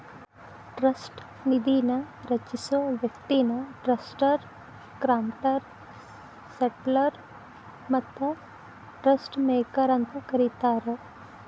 trust ನಿಧಿನ ರಚಿಸೊ ವ್ಯಕ್ತಿನ ಟ್ರಸ್ಟರ್ ಗ್ರಾಂಟರ್ ಸೆಟ್ಲರ್ ಮತ್ತ ಟ್ರಸ್ಟ್ ಮೇಕರ್ ಅಂತ ಕರಿತಾರ